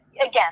again